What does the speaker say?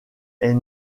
est